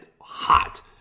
hot